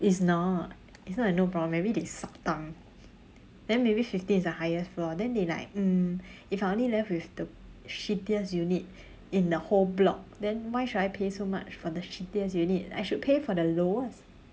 it's not it's not a no problem maybe they suck thumb then maybe fifteen is the highest floor then they like um if I only left with the shittiest unit in the whole block then why should I pay so much for the shittiest unit I should pay for the lowest